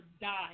die